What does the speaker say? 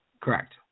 Correct